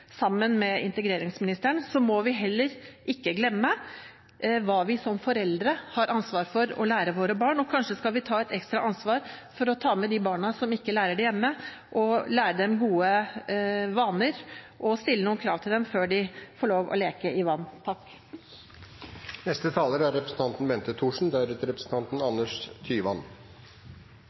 må vi heller ikke glemme hva vi som foreldre har ansvar for å lære våre barn. Kanskje skal vi ta et ekstra ansvar for å ta med de barna som ikke lærer det hjemme, lære dem gode vaner og stille noen krav til dem før de får lov til å leke i vann. For det første vil jeg takke interpellanten, som reiser spørsmålet om hvorvidt svømmeundervisningen i skolen er